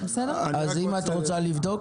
אז אם את רוצה לבדוק,